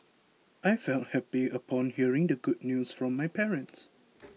I felt happy upon hearing the good news from my parents